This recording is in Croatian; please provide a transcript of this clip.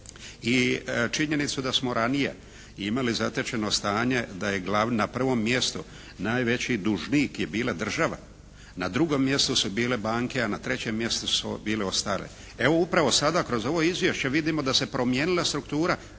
I činjenicu da smo ranije imali zatečeno stanje da je glavna, na prvom mjestu najveći dužnik je bila država. Na drugom mjestu su bile banke, a na trećem mjestu su bili ostale. Evo upravo sada kroz ovo izvješće vidimo da se promijenila struktura.